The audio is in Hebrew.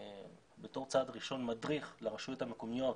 בתור צעד ראשון באמצעות מדריך לרשויות המקומיות,